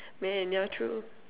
man yeah true